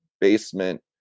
basement